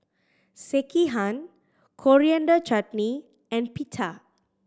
Sekihan Coriander Chutney and Pita